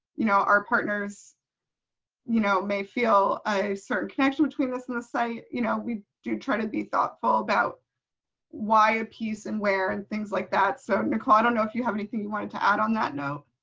you know, our partners. elizabeth masella you know may feel a certain connection between this and the site, you know, we do try to be thoughtful about why a piece and where and things like that. so nicole. i don't know if you have anything you wanted to add on that note,